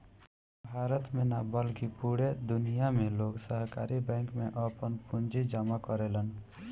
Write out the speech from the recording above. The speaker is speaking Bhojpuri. भारत में ना बल्कि पूरा दुनिया में लोग सहकारी बैंक में आपन पूंजी जामा करेलन